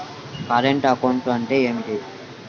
Current account అంటే ఏమిటి?